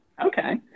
Okay